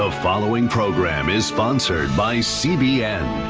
ah following program is sponsored by cbn.